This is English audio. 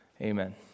Amen